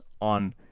on